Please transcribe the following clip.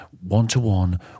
one-to-one